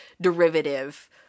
derivative